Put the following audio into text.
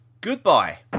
Goodbye